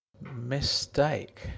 Mistake